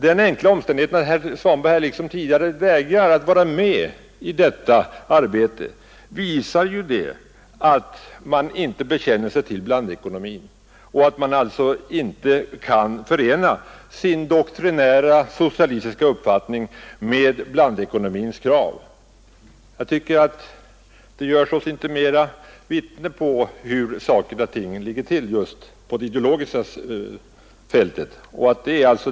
Den enkla omständigheten att herr Svanberg liksom tidigare vägrar att vara med i detta arbete visar ju att han inte bekänner sig till blandekonomin och alltså inte kan förena sin doktrinära socialistiska uppfattning med blandekonomins krav. Jag tycker att det tillräckligt tydligt vittnar om hur saker och ting ligger till på det ideologiska fältet.